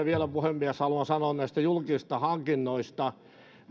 vielä puhemies haluan sanoa näistä julkisista hankinnoista